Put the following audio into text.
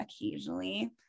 occasionally